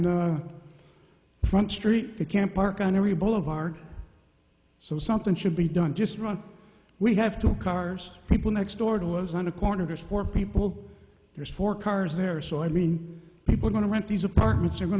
the front street you can't park on every boulevard so something should be done just run we have two cars people next door it was on a corner there's four people there's four cars there so i mean people want to rent these apartments are going